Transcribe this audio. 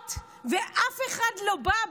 שעות ואף אחד לא בא.